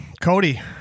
Cody